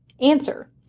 answer